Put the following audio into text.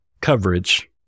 coverage